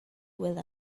with